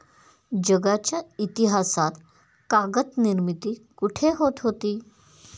जगाच्या इतिहासात कागद निर्मिती कुठे होत होती?